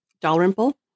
Dalrymple